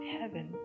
heaven